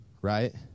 right